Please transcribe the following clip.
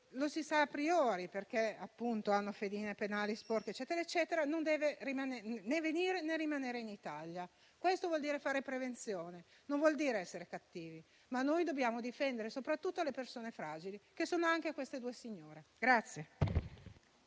lo si sa *a priori*, perché hanno la fedina penale sporca - non deve né venire né rimanere in Italia. Questo vuol dire fare prevenzione, non vuol dire essere cattivi. Noi dobbiamo difendere soprattutto le persone fragili, che sono anche le due signore che